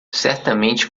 certamente